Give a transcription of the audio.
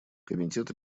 комитет